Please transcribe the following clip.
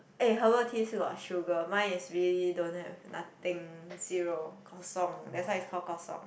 eh herbal tea still got sugar mine is really don't have nothing zero Kosong that's why it's called Kosong